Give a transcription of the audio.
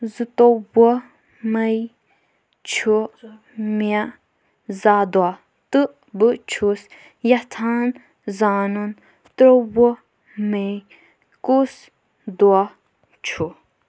زٕتووُہ مئے چھُ مےٚ زاہ دۄہ تہٕ بہٕ چھُس یژھان زانُن ترووُہ مئے کُس دۄہ چھُ ؟